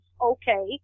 okay